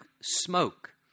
smoke